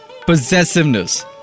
possessiveness